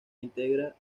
entrega